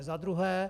Za druhé.